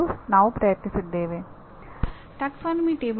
ಇದನ್ನು ನಾವು ಕಲಿಯುವವರ ಕೇಂದ್ರೀಕತೆ ಎಂದು ಕರೆಯುತ್ತೇವೆ